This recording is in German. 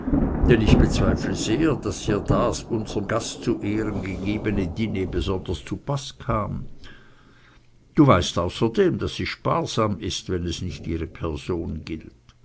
denn ich bezweifle sehr daß ihr das unsrem gast zu ehren gegebene diner besonders zupaß kam du weißt außerdem daß sie sparsam ist wenn es nicht ihre person gilt